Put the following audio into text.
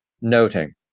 noting